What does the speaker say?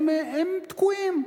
הם תקועים,